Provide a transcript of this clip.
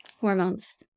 hormones